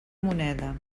moneda